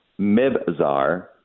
Mibzar